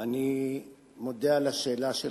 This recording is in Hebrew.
אני מודה על השאלה של